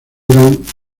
grant